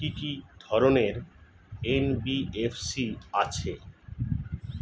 কি কি ধরনের এন.বি.এফ.সি আছে?